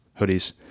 hoodies